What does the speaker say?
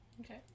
Okay